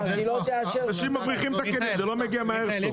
אנשים מבריחים את הכלים, זה לא מגיע מאיירסופט.